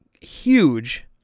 huge